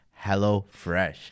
HelloFresh